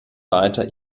weiter